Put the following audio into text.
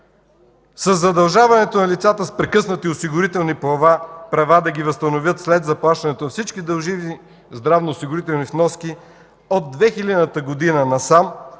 Със задължаването на лицата с прекъснати осигурителни права да ги възстановят след заплащането на всички дължими здравноосигурителни вноски от 2000 г. насам